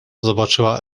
zobaczyła